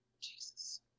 Jesus